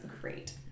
great